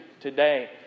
today